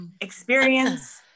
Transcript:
experience